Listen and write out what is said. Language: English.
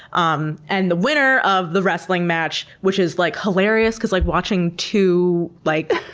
um and the winner of the wrestling match, which is like hilarious cause like watching two like